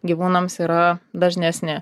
gyvūnams yra dažnesni